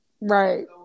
Right